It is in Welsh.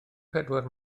pedwar